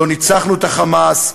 לא ניצחנו את ה"חמאס",